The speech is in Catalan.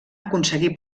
aconseguir